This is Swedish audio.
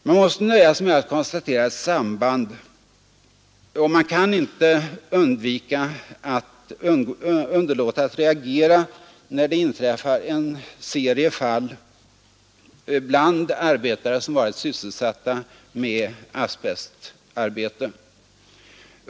Man måste nöja sig med att konstatera ett samband, och man kan inte underlåta att reagera när det inträffar en serie fall bland arbetare som varit olika selsatta med asbestarbete.